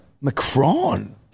Macron